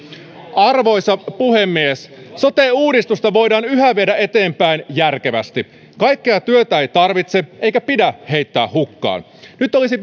arvoisa puhemies sote uudistusta voidaan yhä viedä eteenpäin järkevästi kaikkea työtä ei tarvitse eikä pidä heittää hukkaan nyt olisi